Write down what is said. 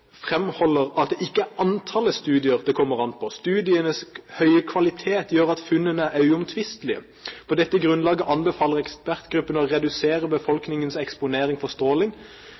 at det ikke er antallet studier det kommer an på. Studienes høye kvalitet gjør at funnene er uomtvistelige. På dette grunnlaget anbefaler ekspertgruppen å redusere befolkningens eksponering for stråling.